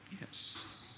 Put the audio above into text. yes